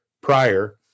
prior